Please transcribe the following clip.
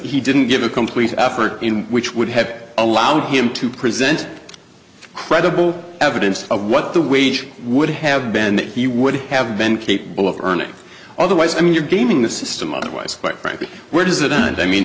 he didn't give a complete effort in which would have allowed him to present credible evidence of what the wage would have been that he would have been capable of earning otherwise i mean you're gaming the system otherwise but frankly where does it end i mean